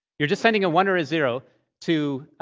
you're just sending a one or a zero to